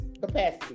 capacity